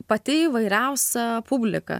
pati įvairiausia publika